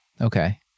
Okay